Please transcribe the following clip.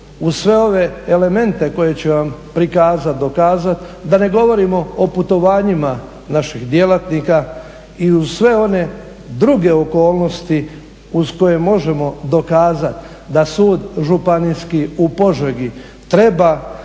uz sve ove elemente koje ću vam prikazat, dokazat da ne govorimo o putovanjima naših djelatnika i uz sve one druge okolnosti uz koje možemo dokazat da sud Županijski u Požegi treba